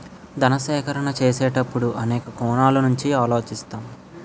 ధన సేకరణ చేసేటప్పుడు అనేక కోణాల నుంచి ఆలోచిస్తాం